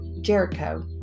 Jericho